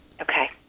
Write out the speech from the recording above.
Okay